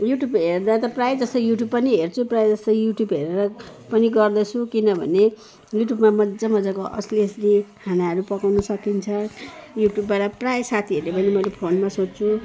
YouTube हेर्दा त प्रायःजसै युट्युब पनि हेर्छु प्रायःजसो युट्युब हेरेर पनि गर्दछु किनभने युट्युबमा मजा मजाको असली असली खानाहरू पकाउन सकिन्छ युट्युबबाट प्रायः साथीहरूले पनि मैले फोनमा सोध्छु